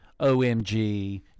OMG